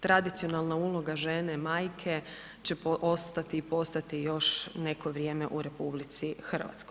Tradicionalna uloga žene, majke će ostati i postati još neko vrijeme u RH.